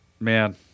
Man